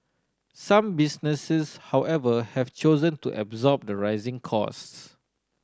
some businesses however have chosen to absorb the rising costs